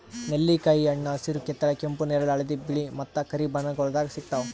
ನೆಲ್ಲಿಕಾಯಿ ಹಣ್ಣ ಹಸಿರು, ಕಿತ್ತಳೆ, ಕೆಂಪು, ನೇರಳೆ, ಹಳದಿ, ಬಿಳೆ ಮತ್ತ ಕರಿ ಬಣ್ಣಗೊಳ್ದಾಗ್ ಸಿಗ್ತಾವ್